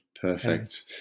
Perfect